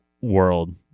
World